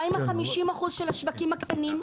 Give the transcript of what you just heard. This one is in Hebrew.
מה עם ה-50% של השווקים הקטנים?